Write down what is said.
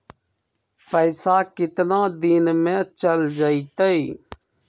पैसा कितना दिन में चल जतई?